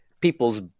people's